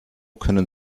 können